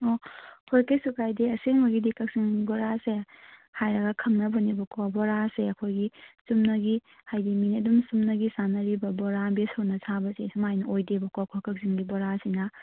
ꯑꯣ ꯍꯣꯏ ꯀꯩꯁꯨ ꯀꯥꯏꯗꯦ ꯑꯁꯦꯡꯕꯒꯤꯗꯤ ꯀꯛꯆꯤꯡ ꯕꯣꯔꯥꯁꯦ ꯍꯥꯏꯔꯒ ꯈꯪꯅꯕꯅꯦꯕꯀꯣ ꯕꯣꯔꯥꯁꯦ ꯑꯩꯈꯣꯏꯒꯤ ꯆꯨꯝꯅꯒꯤ ꯍꯥꯏꯗꯤ ꯃꯤꯅ ꯑꯗꯨꯝ ꯆꯨꯝꯅꯒꯤ ꯆꯥꯅꯔꯤꯕ ꯕꯣꯔꯥ ꯕꯦꯁꯣꯟꯅ ꯁꯥꯕꯁꯦ ꯁꯨꯃꯥꯏꯅ ꯑꯣꯏꯗꯦꯕꯀꯣ ꯑꯩꯈꯣꯏ ꯀꯛꯆꯤꯡꯒꯤ ꯕꯣꯔꯥꯁꯤꯅ